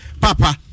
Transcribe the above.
Papa